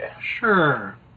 Sure